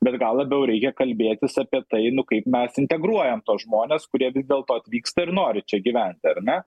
bet gal labiau reikia kalbėtis apie tai nu kaip mes integruojam tuos žmones kurie vis dėlto atvyksta ir nori čia gyventi ar ne